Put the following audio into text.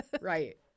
Right